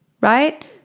right